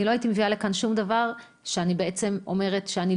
אני לא הייתי מביאה לכאן שום דבר שאני בעצם לא יודעת,